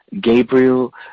Gabriel